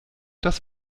das